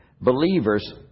believers